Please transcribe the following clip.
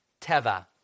Teva